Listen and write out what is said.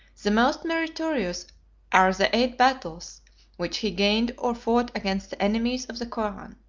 the most meritorious are the eight battles which he gained or fought against the enemies of the koran.